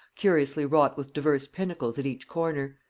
curiously wrought with divers pinnacles at each corner,